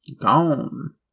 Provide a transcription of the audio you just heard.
Gone